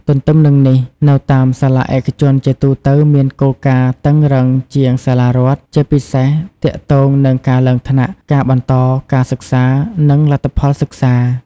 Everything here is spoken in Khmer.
ទទ្ទឹមនឹងនេះ នៅតាមសាលាឯកជនជាទូទៅមានគោលការណ៍តឹងរ៉ឹងជាងសាលារដ្ឋ ជាពិសេសទាក់ទងនឹងការឡើងថ្នាក់ ការបន្តការសិក្សា និងលទ្ធផលសិក្សា។